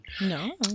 No